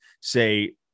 say